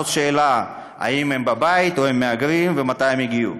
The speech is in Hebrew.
זאת שאלה אם הם בבית או הם מהגרים ומתי הם הגיעו.